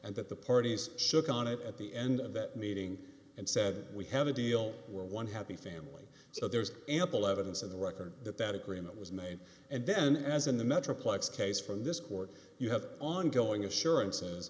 that the parties shook on it at the end of that meeting and said we have a deal where one happy family so there's ample evidence in the record that that agreement was made and then as in the metroplex case from this court you have ongoing assurances